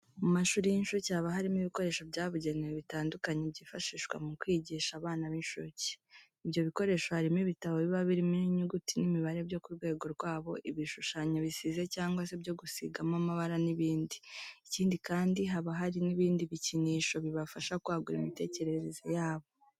Mu mashuri y'incuke haba harimo ibikoresho byabugenewe bitandukanye byifashishwa mu kwigisha abana b'incuke. Ibyo bikoresho harimo ibitabo biba birimo inyuguti n'imibare byo ku rwego rwabo, ibishushanyo bisize cyangwa se byo gusigamo amabara n'ibindi. Ikindi kandi, haba hari n'ibindi bikinisho bibafasha kwagura imitekerereze yabo.